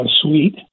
suite